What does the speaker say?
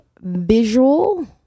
visual